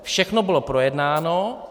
Všechno bylo projednáno.